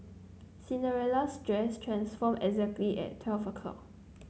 Cinderella's dress transformed exactly at twelve o'clock